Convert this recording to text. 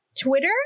Twitter